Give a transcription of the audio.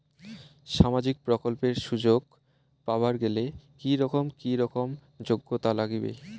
সামাজিক প্রকল্পের সুযোগ পাবার গেলে কি রকম কি রকম যোগ্যতা লাগিবে?